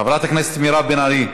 חברת הכנסת מירב בן ארי,